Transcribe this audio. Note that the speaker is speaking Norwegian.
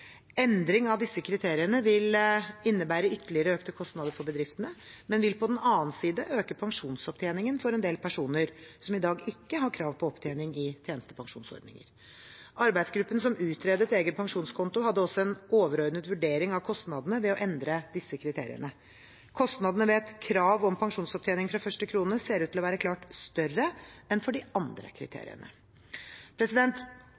Endring av disse kriteriene vil innebære ytterligere økte kostnader for bedriftene, men vil på den annen side øke pensjonsopptjeningen for en del personer som i dag ikke har krav på opptjening i tjenestepensjonsordninger. Arbeidsgruppen som utredet egen pensjonskonto, hadde også en overordnet vurdering av kostnadene ved å endre disse kriteriene. Kostnadene ved et krav om pensjonsopptjening fra første krone ser ut til å være klart større enn for de andre